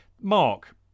Mark